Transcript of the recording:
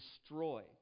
destroy